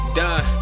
done